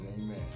Amen